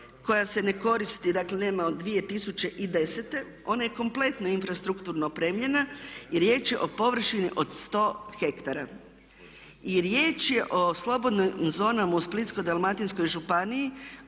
koja se ne koristi, dakle nema je od 2010. Ona je kompletno infrastrukturno opremljena i riječ je o površini od 100 ha i riječ je o slobodnim zonama Splitsko-dalmatinskoj županiji